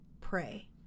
pray